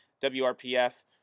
WRPF